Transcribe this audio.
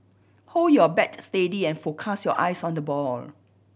hold your bat steady and focus your eyes on the ball